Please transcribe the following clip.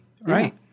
right